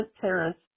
parents